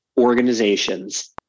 organizations